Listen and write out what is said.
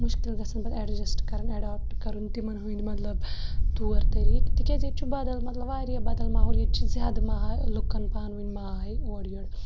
مُشکِل گَژھان پَتہٕ ایٚڈجَسٹ کَرُن ایٚڈاپٹ کَرُن تِمَن ہنٛد مَطلَب طور طریٖق تکیازٕ ییٚتہِ چھُ بَدَل مَطلَب واریاہ بَدَل ماحول ییٚتہِ چھُ زیادٕ لُکَن پانہٕ ؤنۍ ماے اورٕ یورٕ